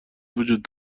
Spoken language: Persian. وجود